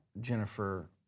Jennifer